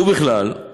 ובכלל זה